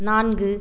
நான்கு